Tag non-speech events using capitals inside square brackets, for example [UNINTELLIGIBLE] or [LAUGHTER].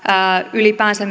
ylipäänsä [UNINTELLIGIBLE]